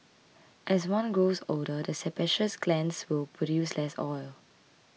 as one grows older the sebaceous glands will produce less oil